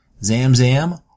zamzam